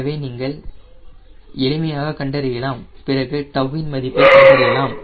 எனவே நீங்கள் எளிமையாக கண்டறியலாம் பிறகு 𝜏 இன் மதிப்பை கண்டறியலாம்